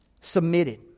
Submitted